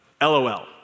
LOL